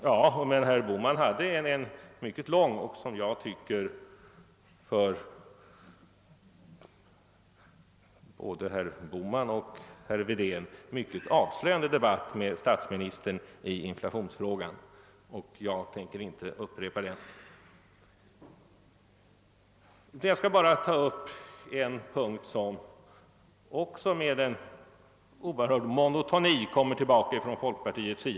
Ja, herr Bohman förde en lång och — som jag tycker — för både herr Bohman och herr Wedén avslöjande debatt med statsministern i inflationsfrågan, och jag tänker inte bidra till en upprepning. Jag skall bara beröra en punkt som också med oerhörd monotoni förs fram av folkpartiet.